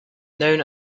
known